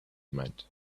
meant